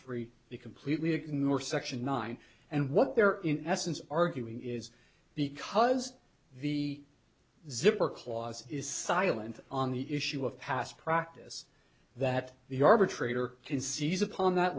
three b completely ignore section nine and what they're in essence arguing is because the zipper clause is silent on the issue of past practice that the arbitrator can seize upon that